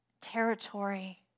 territory